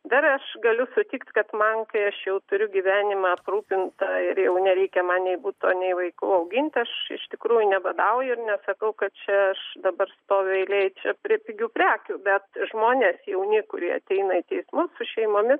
dar aš galiu sutikt kad man kai aš jau turiu gyvenimą aprūpintą ir jau nereikia man nei buto nei vaikų augint aš iš tikrųjų nebadauju ir nesakau kad čia aš dabar stoviu eilėj čia prie pigių prekių bet žmonės jauni kurie ateina į teismus su šeimomis